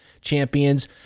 champions